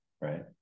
right